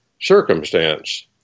circumstance